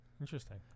interesting